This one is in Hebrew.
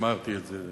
אמרתי את זה,